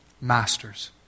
masters